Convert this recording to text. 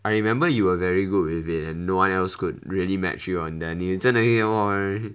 I remember you are very good with it and no one else could really match you on that